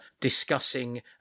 discussing